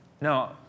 No